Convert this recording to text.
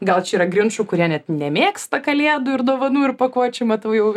gal čia yra grinčų kurie net nemėgsta kalėdų ir dovanų ir pakuočių matau jau